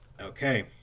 Okay